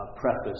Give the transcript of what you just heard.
preface